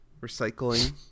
Recycling